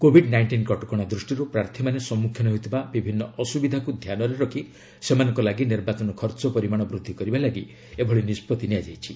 Covid nineteen କଟକଣା ଦୃଷ୍ଟିରୁ ପ୍ରାର୍ଥୀମାନେ ସମ୍ମୁଖୀନ ହେଉଥିବା ବିଭିନ୍ନ ଅସୁବିଧାକୁ ଧ୍ୟାନରେ ରଖି ସେମାନଙ୍କ ଲାଗି ନିର୍ବାଚନ ଖର୍ଚ୍ଚ ପରିମାଣ ବୃଦ୍ଧି କରିବା ଲାଗି ଏଭଳି ନିଷ୍ପତ୍ତି ନିଆଯାଇଛି